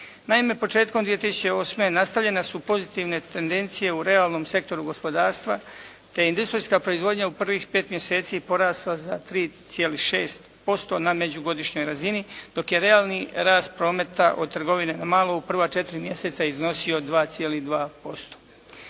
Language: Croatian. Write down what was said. Naime, početkom 2008. nastavljene su pozitivne tendencije u realnom sektoru gospodarstva te je industrijska proizvodnja u prvih 5 mjeseci porasla za 3,6% na međugodišnjoj razini, dok je realni rast prometa od trgovine na malo u prva 4 mjeseca iznosio 2,2%.